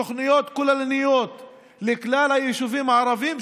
תוכניות כוללניות לכלל היישובים הערביים,